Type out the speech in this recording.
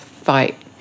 fight